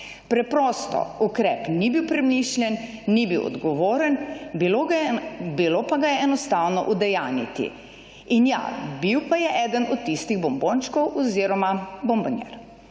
preprosto ukrep ni bil premišljen, ni bil odgovoren, bilo pa ga je enostavno udejanjiti in ja bil pa je eden od tistih bombončkov oziroma bombonjer.